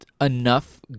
enough